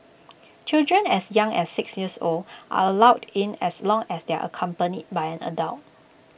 children as young as six years old are allowed in as long as they are accompanied by an adult